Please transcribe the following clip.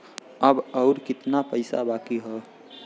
अब अउर कितना पईसा बाकी हव?